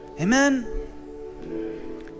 amen